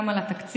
גם על התקציב,